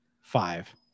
five